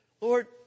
Lord